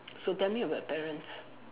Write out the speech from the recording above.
so tell me about your parents